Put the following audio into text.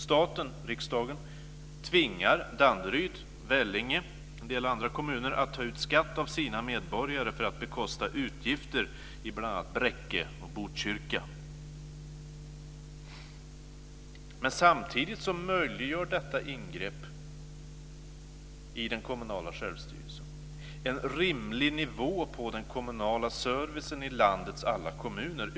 Staten-riksdagen tvingar Danderyd, Vellinge och en del andra kommuner att ta ut skatt av sina medborgare för att bekosta utgifter i bl.a. Bräcke och Botkyrka. Men samtidigt möjliggör detta ingrepp i den kommunala självstyrelsen en rimlig nivå på den kommunala servicen i landets alla kommuner.